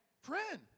Friend